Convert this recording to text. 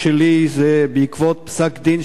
נתקבלה, ותעבור לוועדת הכלכלה.